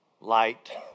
light